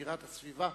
להגנה על הסביבה.